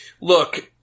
look